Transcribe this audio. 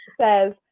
says